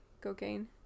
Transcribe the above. Cocaine